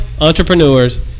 entrepreneurs